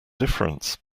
difference